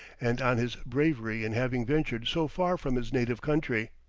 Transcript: and on his bravery in having ventured so far from his native country.